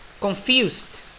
confused